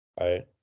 right